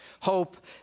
Hope